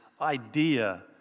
idea